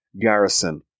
garrison